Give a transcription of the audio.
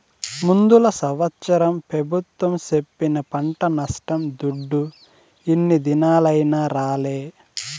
ముందల సంవత్సరం పెబుత్వం సెప్పిన పంట నష్టం దుడ్డు ఇన్ని దినాలైనా రాలే